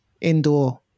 indoor